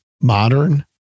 modern